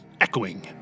echoing